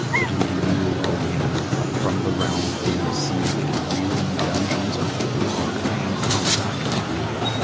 but in the yule, o yanna, up from the round dim sea and reeling dungeons of the fog, i am come back to thee!